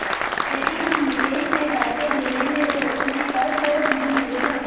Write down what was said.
यदि हम विदेश में पैसे भेजेंगे तो उसमें कर तो नहीं लगेगा?